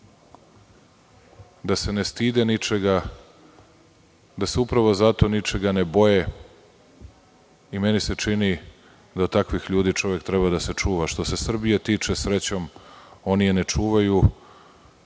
„da se ne stide ničega, da se upravo zato ničega ne boje“. Meni se čini da takvih ljudi čovek treba da se čuva. Što se Srbije tiče, srećom, oni je ne čuvaju.